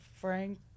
Frank